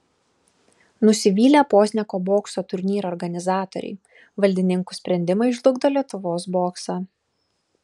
nusivylę pozniako bokso turnyro organizatoriai valdininkų sprendimai žlugdo lietuvos boksą